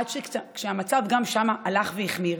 עד שהמצב גם שם הלך והחמיר.